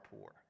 poor